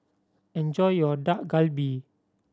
enjoy your Dak Galbi